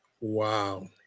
Wow